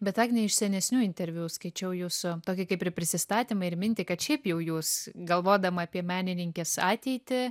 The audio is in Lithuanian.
bet agne iš senesnių interviu skaičiau jūsų tokį kaip ir prisistatymą ir mintį kad šiaip jau jūs galvodama apie menininkės ateitį